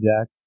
Jack